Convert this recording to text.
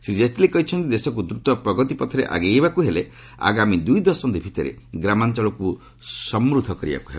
ଶ୍ରୀ ଜେଟଲୀ କହିଛନ୍ତି ଦେଶକୁ ଦ୍ରତପ୍ରଗତି ପଥରେ ଆଗେଇବାକୁ ହେଲେ ଆଗାମୀ ଦୁଇ ଦଶନ୍ଧି ଭିତରେ ଗ୍ରାମାଞଳକୁ ସମୃଦ୍ଧ କରିବାକୁ ହେବ